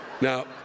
Now